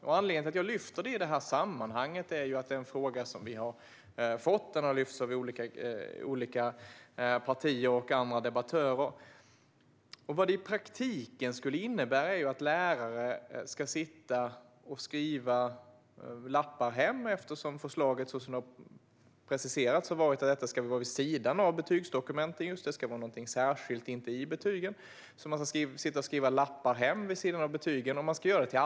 Anledningen till att jag lyfter det i det här sammanhanget är att den frågan har lyfts av olika partier och andra debattörer. Vad det i praktiken skulle innebära är att lärare ska skriva lappar hem, eftersom det enligt förslaget ska vara vid sidan av betygsdokumenten. Det ska alltså vara något särskilt och inte ingå i betygen. Lärarna får då skriva lappar hem till alla elever utanför betygen.